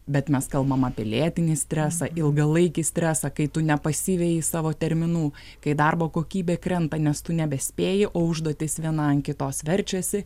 bet mes kalbam apie lėtinį stresą ilgalaikį stresą kai tu nepasiveji savo terminų kai darbo kokybė krenta nes tu nebespėji o užduotis viena ant kitos verčiasi